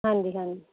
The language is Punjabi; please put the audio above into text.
ਹਾਂਜੀ ਹਾਂਜੀ